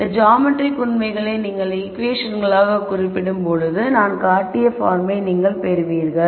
இந்த ஜாமெட்ரிக் உண்மைகளை நீங்கள் ஈகுவேஷன்களாகக் குறிப்பிடும்போது நான் காட்டிய பார்மை நீங்கள் பெறுவீர்கள்